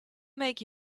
make